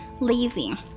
leaving